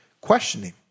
questioning